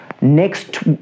Next